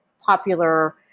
popular